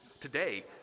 Today